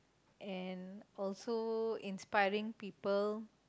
and also inspiring people